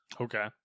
Okay